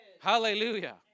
Hallelujah